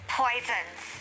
poisons